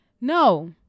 no